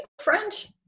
French